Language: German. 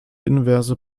inverse